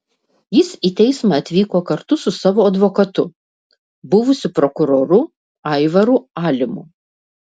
jis į teismą atvyko kartu su savo advokatu buvusiu prokuroru aivaru alimu